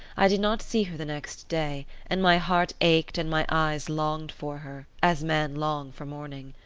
i did not see her the next day, and my heart ached and my eyes longed for her, as men long for morning.